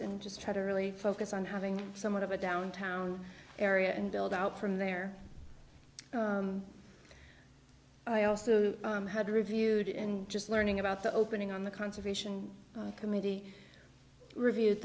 and just try to really focus on having somewhat of a downtown area and build out from there i also had reviewed in just learning about the opening on the conservation committee reviews